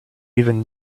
even